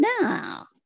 Now